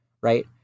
right